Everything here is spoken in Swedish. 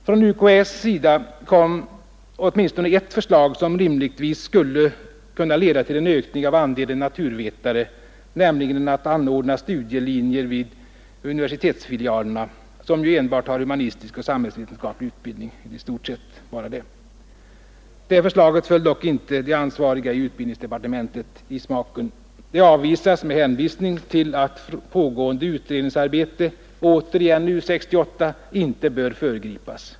Från UKÄ:s sida kom åtminstone detta förslag, som rimligtvis skulle leda till en ökning av antalet naturvetare, nämligen att man skulle anordna studiekurser i fysik och kemi vid universitetsfilialerna, som ju i stort sett bara har humanistisk och samhällsvetenskaplig utbildning. Det förslaget föll dock de ansvariga i utbildningsdepartementet i smaken. Det avvisas med hänvisning till att pågående utredningsarbete — återigen U 68 — inte bör föregripas.